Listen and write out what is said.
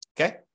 Okay